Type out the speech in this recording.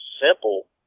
simple